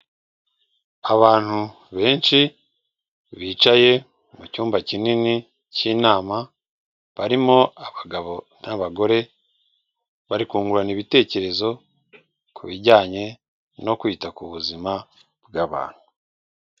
Abantu benshi bicaye mucyumba kinini cy'inama barimo abagabo n'abagore bari kungurana ibitekerezo ku bijyanye no kwita ku buzima bw'abantu.